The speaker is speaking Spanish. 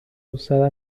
usada